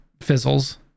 fizzles